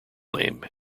name